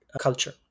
culture